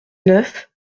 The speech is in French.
neuf